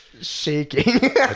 shaking